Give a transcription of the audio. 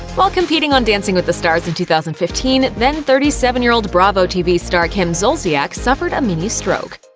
while competing on dancing with the stars in two thousand and fifteen, then thirty seven year old bravo tv star kim zolciak suffered a mini stroke.